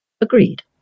agreed